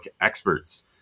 experts